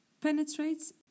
penetrates